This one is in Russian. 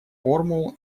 формул